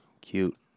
cute